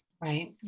right